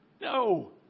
No